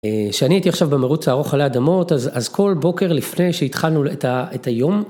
כשאני הייתי עכשיו במרוץ הארוך עלי אדמות אז כל בוקר לפני שהתחלנו את היום